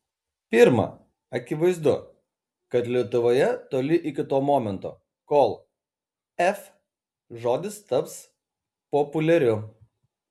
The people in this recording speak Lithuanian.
pirma akivaizdu kad lietuvoje toli iki to momento kol f žodis taps populiariu